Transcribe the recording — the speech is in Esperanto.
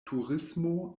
turismo